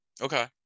Okay